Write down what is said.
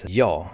ja